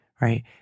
right